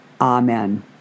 Amen